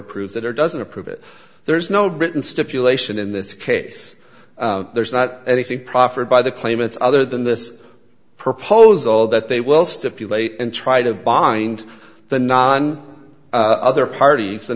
approves it or doesn't approve it there is no written stipulation in this case there is not anything proffered by the claimants other than this proposal that they will stipulate and try to find the non other parties the